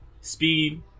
Speed